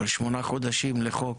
אבל שמונה חודשים לחוק